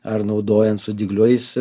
ar naudojant su dygliais